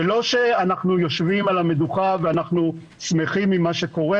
זה לא שאנחנו יושבים על המדוכה ושמחים עם מה שקורה.